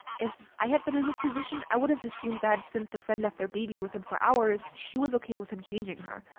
if i had been in his position i would have assumed that, since the friend left their baby with him for hours, she was okay with him changing her.